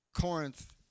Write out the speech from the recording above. Corinth